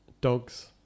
dogs